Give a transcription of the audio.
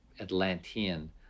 Atlantean